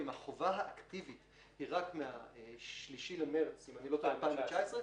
החובה האקטיבית היא רק מה-3 במרס 2019,